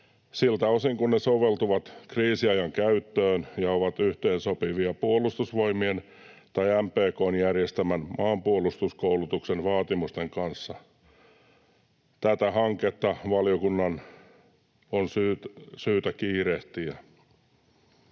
siltä osin kuin ne soveltuvat kriisiajan käyttöön ja ovat yhteensopivia Puolustusvoimien tai MPK:n järjestämän maanpuolustuskoulutuksen vaatimusten kanssa”. Tätä hanketta valiokunnan mukaan on syytä kiirehtiä.